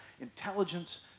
intelligence